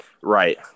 Right